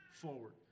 forward